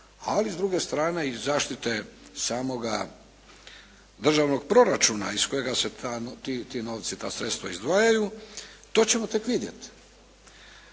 ali s druge strane i zaštite samoga državnog proračuna iz kojega se ti novci, ta sredstva izdvajaju to ćemo tek vidjeti.